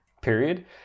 period